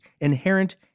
inherent